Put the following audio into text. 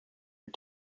and